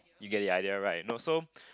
you get the idea right no so